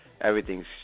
everything's